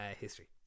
history